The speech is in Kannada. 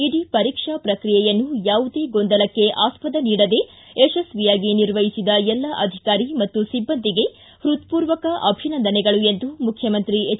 ಇಡೀ ಪರೀಕ್ಷಾ ಪ್ರಕ್ರಿಯೆಯನ್ನು ಯಾವುದೇ ಗೊಂದಲಕ್ಕೆ ಆಸ್ಪದ ನೀಡದೆ ಯಶಸ್ವಿಯಾಗಿ ನಿರ್ವಹಿಸಿದ ಎಲ್ಲ ಅಧಿಕಾರಿ ಸಿಬ್ಬಂದಿಗೆ ಹೃತ್ವೂರ್ವಕ ಅಭಿನಂದನೆಗಳು ಎಂದು ಮುಖ್ಚಮಂತ್ರಿ ಎಚ್